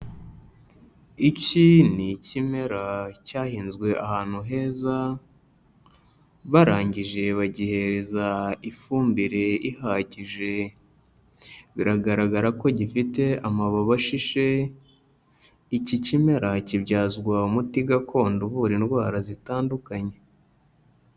Iki ni ikimera cyahinzwe ahantu heza, barangije bagihereza ifumbire ihagije, biragaragara ko gifite amababi ashishe, iki kimera kibyazwa umuti gakondo uvura indwara zitandukanye.